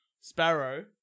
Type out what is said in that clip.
Sparrow